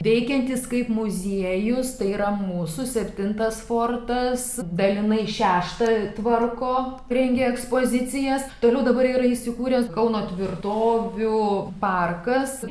veikiantis kaip muziejus tai yra mūsų septintas fortas dalinai šeštą tvarko rengia ekspozicijas toliau dabar yra įsikūręs kauno tvirtovių parkas